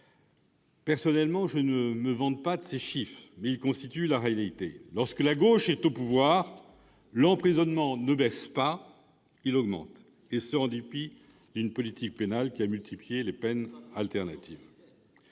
Personnellement, je ne me vante pas de ces chiffres, mais ils constituent la réalité : lorsque la gauche est au pouvoir, l'emprisonnement ne baisse pas ; il augmente, et ce en dépit d'une politique pénale qui a multiplié les peines alternatives.